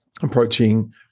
approaching